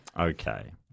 Okay